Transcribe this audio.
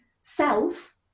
self